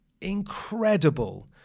incredible